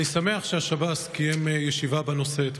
אני שמח ששב"ס קיים אתמול ישיבה בנושא.